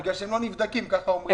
יש תירוץ חדש.